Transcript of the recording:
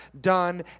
done